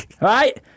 Right